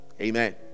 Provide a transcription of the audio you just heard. amen